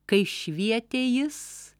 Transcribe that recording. kai švietė jis